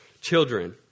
Children